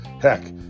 Heck